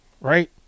right